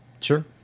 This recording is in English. Sure